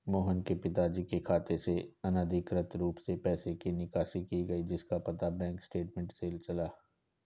मोहन के पिताजी के खाते से अनधिकृत रूप से पैसे की निकासी की गई जिसका पता बैंक स्टेटमेंट्स से चला